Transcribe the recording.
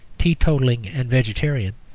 teetotal and vegetarian,